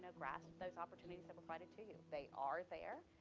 grasp those opportunities that were provided to you, they are there.